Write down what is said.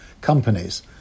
companies